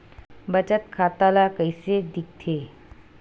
बचत खाता ला कइसे दिखथे?